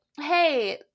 hey